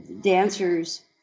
dancers